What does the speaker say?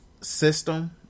system